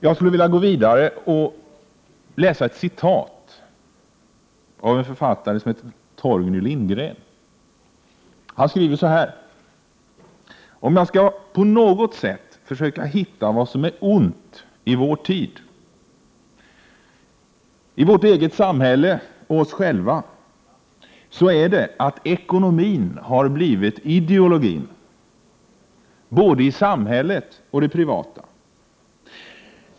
Jag skulle vilja läsa ett citat av en författare som heter Torgny Lindgren. Han skriver så här: ”Om jag på något sätt skall försöka hitta vad som är ont i vår tid, vårt eget samhälle och oss själva, så är det detta att ekonomin har blivit ideologin, både i samhället och det privata.